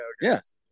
Yes